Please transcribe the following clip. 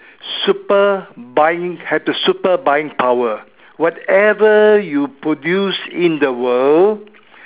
super buying have the super buying power whatever you produce in the world